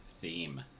theme